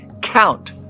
Count